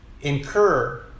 incur